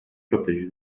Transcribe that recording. protege